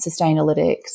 Sustainalytics